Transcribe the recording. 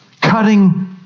Cutting